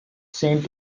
saint